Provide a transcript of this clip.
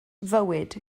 fywyd